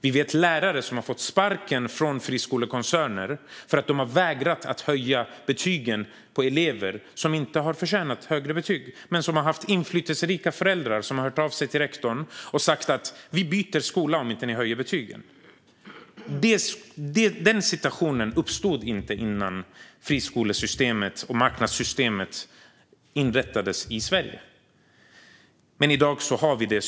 Vi vet lärare som har fått sparken från friskolekoncerner för att de har vägrat höja betygen på elever som inte har förtjänat högre betyg men som haft inflytelserika föräldrar som hört av sig till rektorn och sagt att de byter skola om betygen inte höjs. Den situationen uppstod inte innan friskolesystemet och marknadssystemet inrättades i Sverige. Men i dag har vi det.